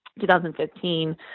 2015